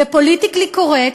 ופוליטיקלי-קורקט,